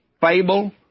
fable